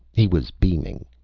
he was beaming.